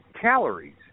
calories